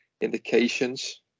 indications